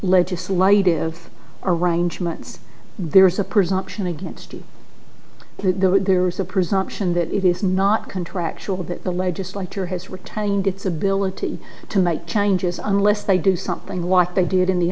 legislative arrangements there is a presumption against it there is a presumption that it is not contractual that the legislature has retained its ability to make changes unless they do something like they did in the